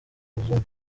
muzungu